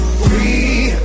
free